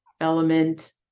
element